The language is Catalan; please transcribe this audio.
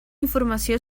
informació